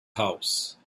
house